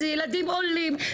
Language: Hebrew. זה ילדים עולים,